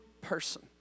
person